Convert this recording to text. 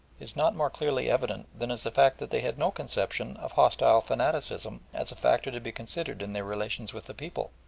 is not more clearly evident than is the fact that they had no conception of hostile fanaticism as a factor to be considered in their relations with the people.